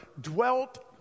dwelt